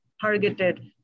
targeted